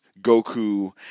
goku